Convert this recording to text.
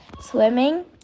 swimming